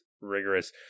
rigorous